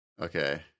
Okay